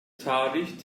tarih